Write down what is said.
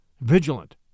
vigilant